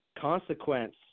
Consequence